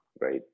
right